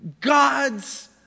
God's